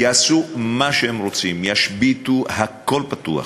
יעשו מה שהם רוצים, ישביתו, הכול פתוח,